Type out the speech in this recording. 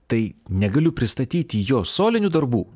tai negaliu pristatyti jo solinių darbų